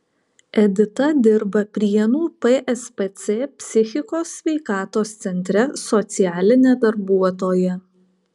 edita dirba prienų pspc psichikos sveikatos centre socialine darbuotoja